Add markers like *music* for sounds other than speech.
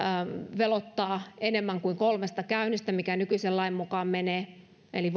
veloittaa enemmän kuin kolmesta käynnistä mikä nykyisen lain mukaan menee eli *unintelligible*